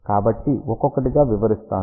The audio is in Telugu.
కాబట్టి ఒక్కొక్కటిగా వివరిస్తాను